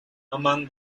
among